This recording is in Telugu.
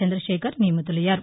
చంద్రశేఖర్ నియమితులయ్యారు